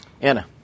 Anna